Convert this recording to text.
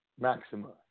maxima